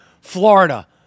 Florida